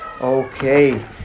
Okay